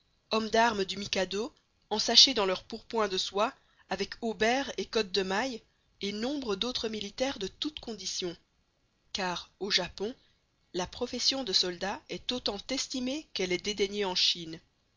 hommes d'armes du mikado ensachés dans leur pourpoint de soie avec haubert et cotte de mailles et nombre d'autres militaires de toutes conditions car au japon la profession de soldat est autant estimée qu'elle est dédaignée en chine